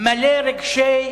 מלא רגשי